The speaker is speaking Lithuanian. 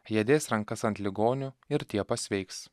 jie dės rankas ant ligonių ir tie pasveiks